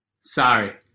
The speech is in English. sorry